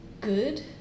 good